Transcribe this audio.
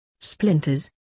Splinters